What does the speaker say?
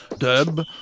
dub